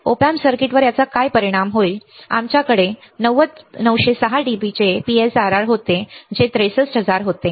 Op amp सर्किटवर याचा काय परिणाम होईल आमच्याकडे 90 6 dB चे PSRR होते जे 63000 होते